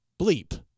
bleep